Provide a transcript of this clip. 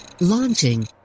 Launching